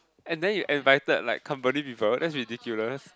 and then you invited like company people that's ridiculous